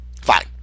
Fine